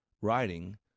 writing